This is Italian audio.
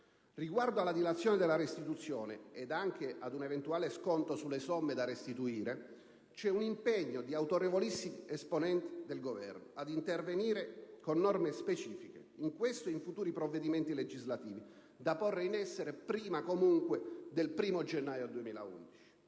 Riguardo alla dilazione della restituzione ed anche ad un eventuale sconto sulle somme da restituire, c'è un impegno di autorevolissimi esponenti del Governo ad intervenire con norme specifiche, in questo ed in futuri provvedimenti legislativi, da porre in essere comunque prima del 1° gennaio 2011.